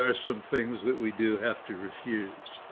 ah some things that we do have to refuse,